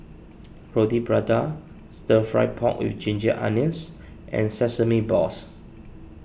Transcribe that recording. Roti Prata Stir Fried Pork with Ginger Onions and Sesame Balls